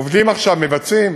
עובדים עכשיו, מבצעים,